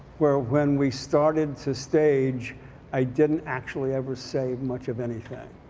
where when we started to stage i didn't actually ever say much of anything.